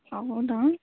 ಹೌದಾ